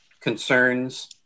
concerns